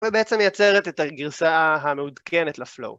ובעצם מייצרת את הגרסה המעודכנת לפלואו.